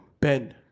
Ben